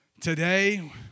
Today